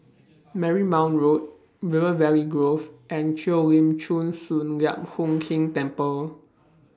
Marymount Road River Valley Grove and Cheo Lim Chin Sun Lian Hup Keng Temple